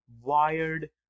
wired